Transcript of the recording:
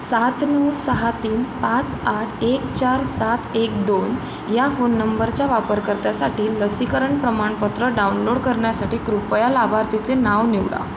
सात नऊ सहा तीन पाच आठ एक चार सात एक दोन या फोन नंबरच्या वापरकर्त्यासाठी लसीकरण प्रमाणपत्र डाउनलोड करण्यासाठी कृपया लाभार्थीचे नाव निवडा